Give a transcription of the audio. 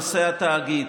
נושא התאגיד.